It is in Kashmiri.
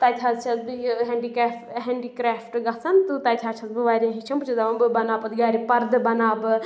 تَتہِ حظ چھَس بہٕ یہِ ہینٛڈی کرٛیفٹ ہینٛڈی کرٛافٹ گژھان تہٕ تَتہِ حظ چھَس بہٕ واریاہ ہیٚچھان بہٕ چھَس دَپان بہٕ بَناو پَتہٕ گَرِ پَردٕ بَناو بہٕ